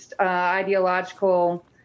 ideological